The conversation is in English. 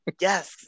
yes